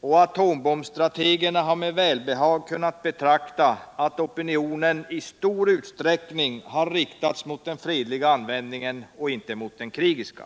och atombombsstrategerna har med välbehag kunnat betrakta att opinionen i stor utsträckning har riktats mot den fredliga användningen — inte mot den krigiska.